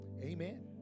Amen